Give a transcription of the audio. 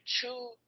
two